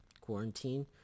quarantine